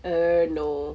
err no